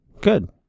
Good